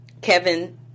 Kevin